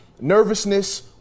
nervousness